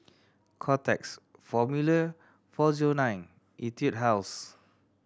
Kotex Formula Four Zero Nine Etude House